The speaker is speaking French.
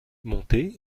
monté